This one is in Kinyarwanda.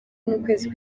nk’ukwezi